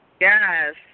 Yes